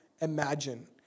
imagine